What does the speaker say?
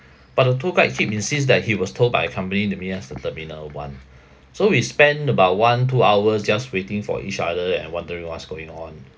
but the tour guide keep insist that he was told by a company to meet us at terminal one so we spend about one two hours just waiting for each other and wondering what's going on